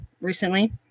recently